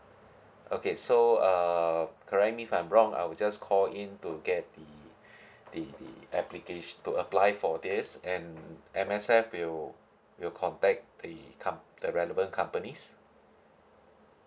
okay so err correct me if I'm wrong I will just call in to get the the the applicat~ to apply for this and M_S_F will will contact the comp~ the relevant companies